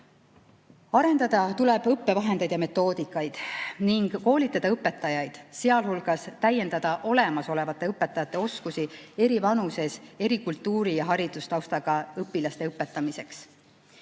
Arendada tuleb õppevahendeid ja metoodikaid ning koolitada õpetajaid, sealhulgas täiendada olemasolevate õpetajate oskusi eri vanuses, eri kultuuri‑ ja haridustaustaga õpilaste õpetamiseks.